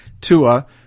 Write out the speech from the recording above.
Tua